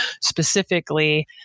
specifically